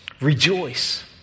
Rejoice